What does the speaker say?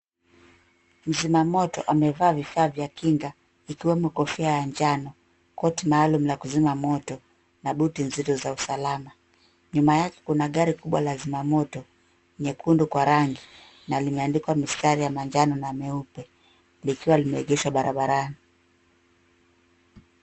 Mzima moto amevaa vifaa vya kinga ikiwemo kofia ya njano, koti maalum la kuzima moto na buti nzito za usalama. Nyuma yake kuna gari kubwa la zima moto, nyekundu kwa rangi na limeandikwa mistari ya manjano na meupe likiwa limeegeshwa barabarani.